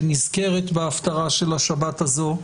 שנזכרת בהפטרה של השבת הזאת,